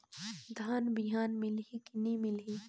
धान बिहान मिलही की नी मिलही?